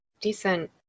decent